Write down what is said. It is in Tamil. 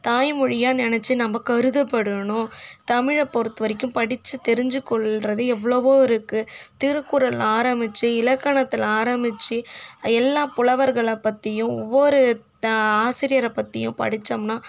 தாய்மொழியாக நினைச்சி நம்ம கருதப்படணும் தமிழை பொறுத்தவரைக்கும் படித்து தெரிஞ்சு கொள்கிறது எவ்வளவோ இருக்கு திருக்குறளில் ஆரம்மிச்சி இலக்கணத்தில் ஆரம்மிச்சி எல்லா புலவர்களை பற்றியும் ஒவ்வொரு ஆசிரியரை பற்றியும் படித்தோம்னா